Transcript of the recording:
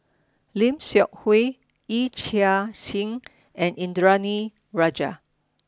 Lim Seok Hui Yee Chia Hsing and Indranee Rajah